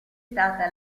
stata